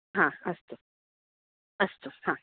हा अस्तु अस्तु हा